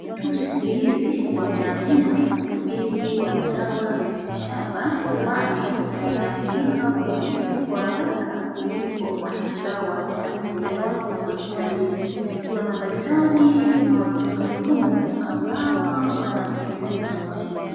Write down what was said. Watu siku hizi wamehamia utumizi wa madawa ya miti shamba, kwani yanaaminika kutibu kwa haraka kuliko hata dawa zinazotolewa hospitalini. Kuna madaktari maalum ambao wanatengeneza dawa hizo.